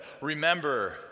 remember